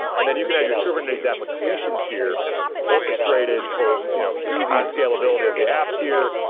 and then you can have your kubernetes application tier orchestrated for you know easy scalability of the app tier.